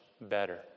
better